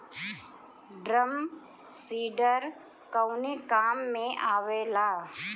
Drum seeder कवने काम में आवेला?